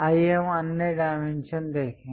आइए हम अन्य डायमेंशन देखें